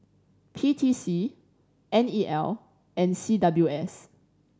P T C N E L and C W S